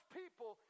people